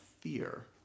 fear